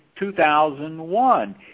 2001